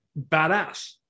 badass